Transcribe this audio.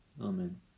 Amen